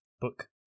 book